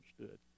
understood